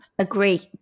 agree